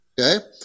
Okay